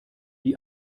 die